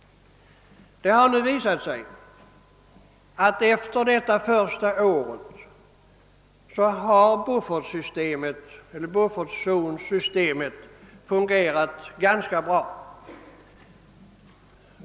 Det har nu visat sig att efter detta första år har buffertzonsystemet fungerat ganska bra.